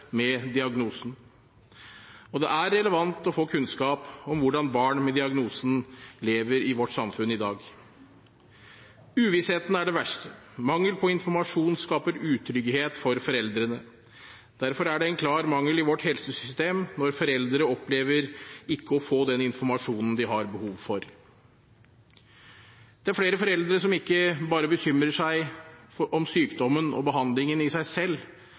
med diagnosen. Det er relevant å få kunnskap om hvordan barn med diagnosen lever i vårt samfunn i dag. Uvissheten er det verste – mangel på informasjon skaper utrygghet for foreldrene. Derfor er det en klar mangel i vårt helsesystem når foreldre opplever ikke å få den informasjonen de har behov for. Det er flere foreldre som ikke bare bekymrer seg om sykdommen og behandlingen i seg selv,